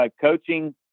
coaching